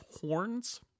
horns